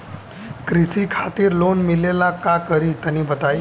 कृषि खातिर लोन मिले ला का करि तनि बताई?